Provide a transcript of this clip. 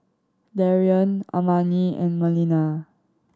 Darion Amani and Melina